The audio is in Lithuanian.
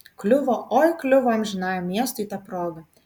kliuvo oi kliuvo amžinajam miestui ta proga